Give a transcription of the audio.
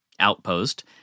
outpost